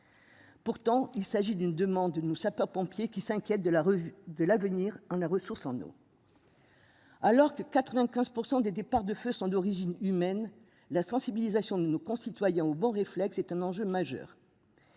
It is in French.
Pourtant, il s'agit d'une demande nous sapeurs pompiers qui s'inquiètent de la rue de l'avenir en la ressource en eau. Alors que 95% des départs de feux sont d'origine humaine. La sensibilisation de nos concitoyens. Bon réflexe est un enjeu majeur.